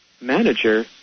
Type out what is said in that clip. manager